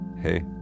hey